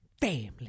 Family